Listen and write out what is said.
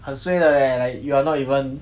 很 suay 的 leh like you are not even